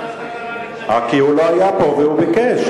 למה, כי הוא לא היה פה, והוא ביקש.